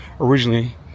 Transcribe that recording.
originally